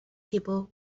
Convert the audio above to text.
people